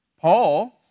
Paul